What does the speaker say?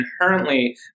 inherently